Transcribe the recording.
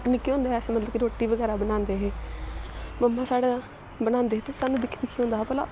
निक्के होंदे गै अस मतलब कि रुट्टी बगैरा बनांदे हे मम्मा साढ़ै बनांदे हे ते सानूं दिक्खी दिक्खी होंदा हा भला